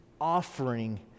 offering